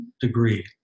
degree